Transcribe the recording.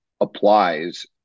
applies